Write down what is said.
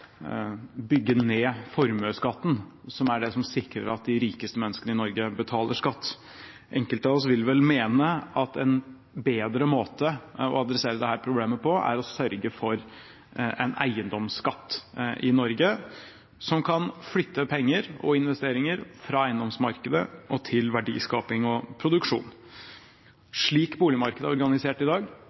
bygge ned formuesskatten, som er det som sikrer at de rikeste menneskene i Norge betaler skatt. Enkelte av oss vil vel mene at en bedre måte å adressere dette problemet på, er å sørge for en eiendomsskatt i Norge som kan flytte penger og investeringer fra eiendomsmarkedet og til verdiskaping og produksjon. Slik boligmarkedet er organisert i dag,